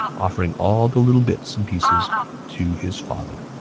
offering all the little bits and pieces to his father